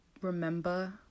remember